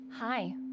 Hi